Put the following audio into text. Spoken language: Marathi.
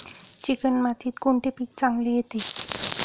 चिकण मातीत कोणते पीक चांगले येते?